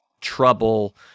trouble